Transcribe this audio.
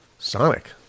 Sonic